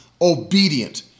obedient